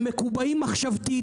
הם מקובעים מחשבתית,